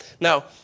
Now